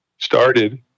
Started